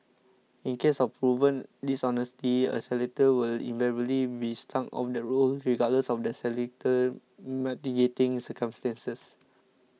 in cases of proven dishonesty a solicitor will invariably be struck off the roll regardless of the solicitor's mitigating circumstances